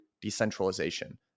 decentralization